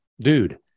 Dude